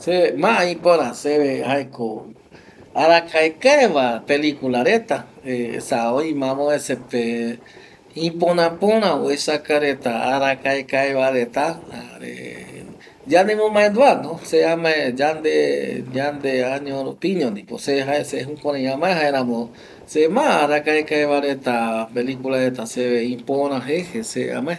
Jaeramiñovi yande maendua yae mokoi eta mokoipa motpeti yae jaeramiñovi jokua arasapeko täta roguata roiko jare roguata roiko kuan tëtara reta ndie jare oipotague mbae roesa paraete jare ikavivi roaja jokua ara